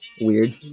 weird